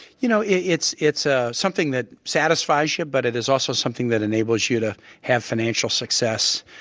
you know, it's it's ah something that satisfies you, but it is also something that enables you to have financial success,